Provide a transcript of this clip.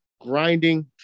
grinding